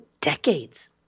decades